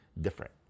different